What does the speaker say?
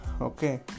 okay